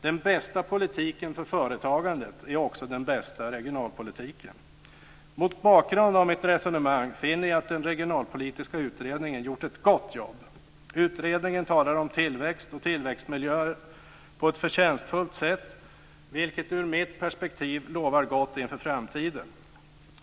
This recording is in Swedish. Den bästa politiken för företagandet är också den bästa regionalpolitiken. Mot bakgrund av mitt resonemang finner jag att Regionalpolitiska utredningen gjort ett gott jobb. Utredningen talar om tillväxt och tillväxtmiljöer på ett förtjänstfullt sätt, vilket ur mitt perspektiv lovar gott inför framtiden.